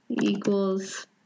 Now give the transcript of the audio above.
equals